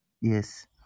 Yes